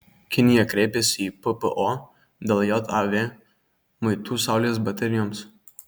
kinija kreipėsi į ppo dėl jav muitų saulės baterijoms